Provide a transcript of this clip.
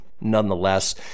nonetheless